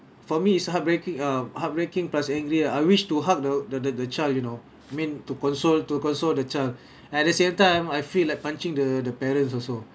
for me it's heartbreaki~ uh heartbreaking plus angry ah I wish to hug the the the the child you know I mean to console to console the child at the same time I feel like punching the the parents also